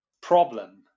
problem